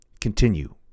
continue